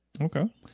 Okay